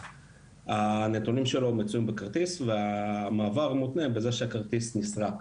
הנתונים שלו מצויים בכרטיס והמעבר מותנה בזה שהכרטיס נסרק.